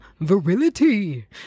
virility